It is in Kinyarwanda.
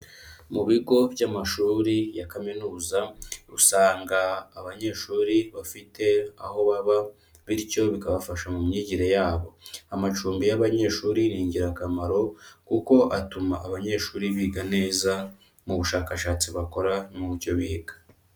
Mu bigo by'amashuri ya kaminuza usanga abanyeshuri bafite aho baba, bityo bikabafasha mu myigire yabo. Amacumbi y'abanyeshuri ni ingirakamaro, kuko atuma abanyeshuri biga neza mu bushakashatsi bakora no mu byo biga.